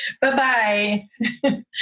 Bye-bye